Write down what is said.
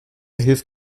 hilft